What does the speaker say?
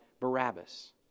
Barabbas